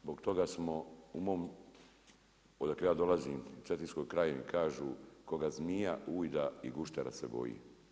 Zbog toga smo u mom odakle ja dolazim cetinskoj krajini kažu koga zmija ujida i guštera se boji.